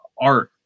art